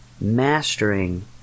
mastering